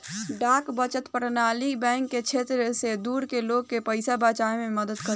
डाक बचत प्रणाली बैंक के क्षेत्र से दूर के लोग के पइसा बचावे में मदद करेला